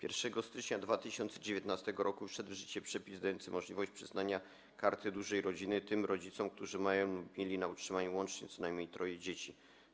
1 stycznia 2019 r. wszedł w życie przepis dający możliwość przyznania Karty Dużej Rodziny tym rodzicom, którzy mają lub mieli na utrzymaniu łącznie co najmniej troje dzieci.